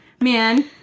man